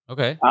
Okay